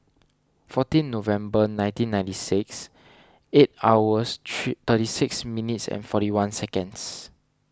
fourteen November nineteen ninety six eight hours three thirty six minutes and forty one